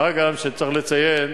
מה גם שצריך לציין